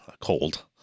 cold